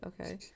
okay